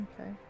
Okay